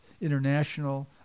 international